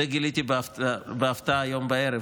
את זה גיליתי בהפתעה היום בערב,